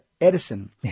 Edison